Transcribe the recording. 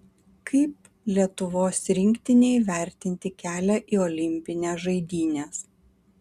kaip lietuvos rinktinei vertinti kelią į olimpines žaidynes